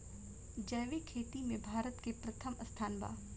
जैविक खेती में भारत के प्रथम स्थान बा